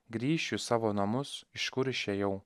grįšiu į savo namus iš kur išėjau